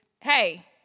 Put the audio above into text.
hey